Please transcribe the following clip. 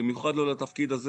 במיוחד לא לתפקיד הזה.